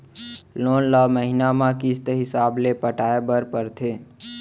loan ल महिना म किस्त हिसाब ले पटाए बर परथे